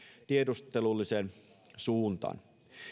tiedustelulliseen suuntaan